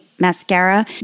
mascara